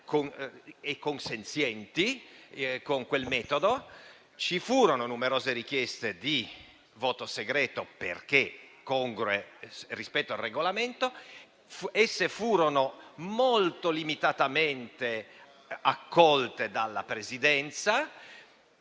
consenzienti con quel metodo, vi furono numerose richieste di voto segreto, perché congrue rispetto al Regolamento. Esse furono molto limitatamente accolte dalla Presidenza.